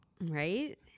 Right